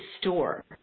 store